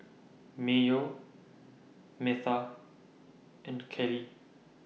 Mayo Metha and Kelli